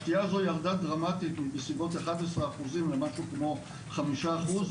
השתייה הזאת ירדה דרמטית בסביבות 11 אחוזים למשהו כמו חמישה אחוז,